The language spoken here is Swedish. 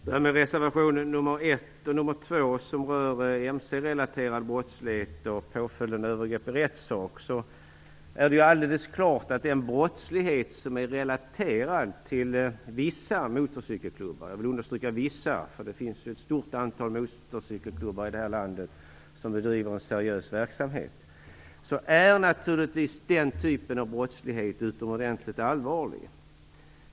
Vad gäller reservation 1, Mc-relaterad brottslighet, och reservation 2, Påföljden för övergrepp i rättssak, är det alldeles klart att den brottslighet som är relaterad till vissa motorcykelklubbar - jag vill understryka vissa, eftersom det finns ett stort antal motorcykelklubbar i vårt land som bedriver en seriös verksamhet - är utomordentligt allvarlig.